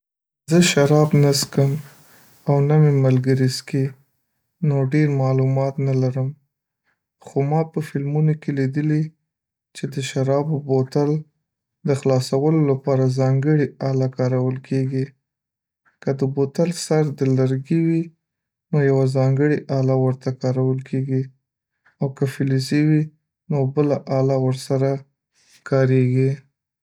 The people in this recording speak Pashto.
زه شراب نه څکم او نه مې ملګری څکي، نو ډېر معلومات نه لرم، خو ما په فلمونو کې لیدلي چې د شرابو بوتل د خلاصولو لپاره ځانګړې اله کارول کېږي. که د بوتل سر د لرګي وي نو یوه ځانګړې اله ورته کارول کېږي، او که فلزي وي نو بله اله ورسره کارېږي.